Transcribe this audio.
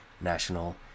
national